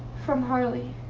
from harley.